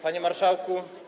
Panie Marszałku!